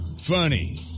funny